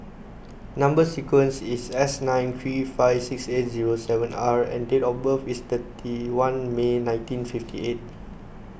Number Sequence is S nine three five six eight zero seven R and date of birth is thirty one May nineteen fifty eight